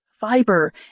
fiber